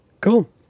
Cool